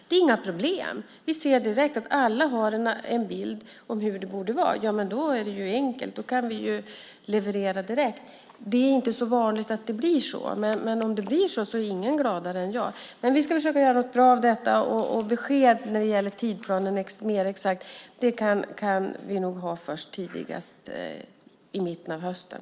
Då är det inga problem. Då ser vi direkt att alla har en bild av hur det borde vara. I så fall är det enkelt; då kan vi leverera direkt. Det är inte så vanligt att det blir så, men om det blir så är ingen gladare än jag. Vi ska försöka göra något bra av detta, och besked om en mer exakt tidsplan kan vi nog lämna tidigast i mitten av hösten.